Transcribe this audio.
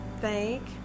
thank